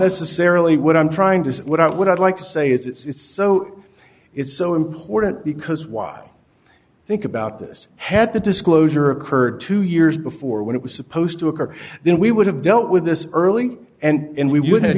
necessarily what i'm trying to say what i would like to say is it's so it's so important because while think about this had the disclosure occurred two years before when it was supposed to occur then we would have dealt with this early and we wouldn't